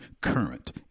current